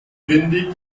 windig